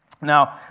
Now